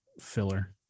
filler